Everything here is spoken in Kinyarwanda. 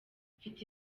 mfite